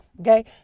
Okay